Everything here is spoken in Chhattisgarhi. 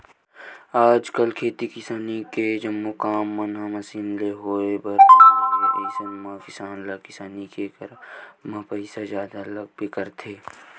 आजकल खेती किसानी के जम्मो काम मन ह मसीन ले होय बर धर ले हे अइसन म किसान ल किसानी के करब म पइसा जादा लगबे करथे